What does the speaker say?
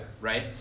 right